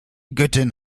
göttin